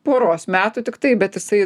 poros metų tiktai bet jisai